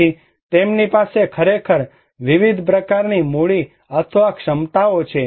તેથી તેમની પાસે ખરેખર વિવિધ પ્રકારની મૂડી અથવા ક્ષમતાઓ છે